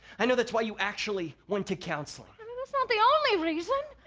i know that's why you actually went to counseling i mean that's not the only reason!